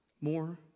more